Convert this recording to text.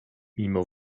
mimo